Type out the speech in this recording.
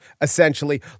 essentially